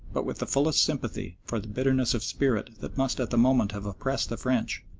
but with the fullest sympathy for the bitterness of spirit that must at the moment have oppressed the french,